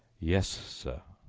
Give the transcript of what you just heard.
yes, sir.